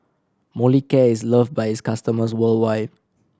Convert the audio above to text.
Molicare is loved by its customers worldwide